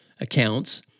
accounts